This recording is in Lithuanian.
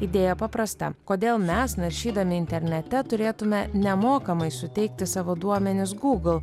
idėja paprasta kodėl mes naršydami internete turėtume nemokamai suteikti savo duomenis google